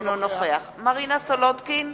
אינו נוכח מרינה סולודקין,